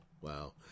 wow